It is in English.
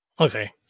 Okay